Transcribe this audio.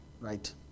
Right